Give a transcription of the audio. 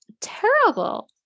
terrible